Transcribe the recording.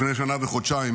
לפני שנה וחודשיים